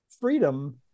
freedom